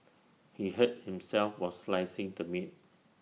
he hurt himself while slicing the meat